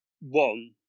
one